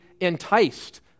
enticed